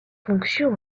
fonctions